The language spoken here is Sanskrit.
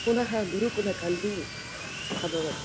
पुनः गुरुकुलं कल्वी अभवत्